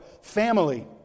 family